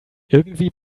irgendwie